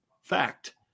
Fact